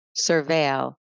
surveil